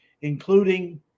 including